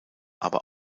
aber